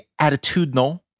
attitudinal